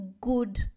good